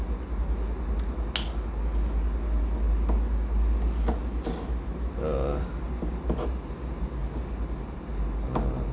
ah uh uh